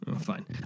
Fine